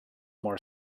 more